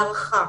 בהערכה,